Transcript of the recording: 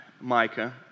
Micah